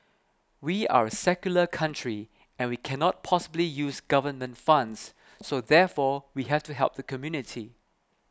we are a secular country and we cannot possibly use government funds so therefore we have to help the community